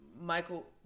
Michael